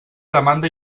demanda